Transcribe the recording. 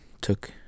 took